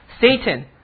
Satan